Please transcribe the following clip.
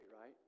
right